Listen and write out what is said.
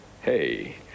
hey